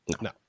No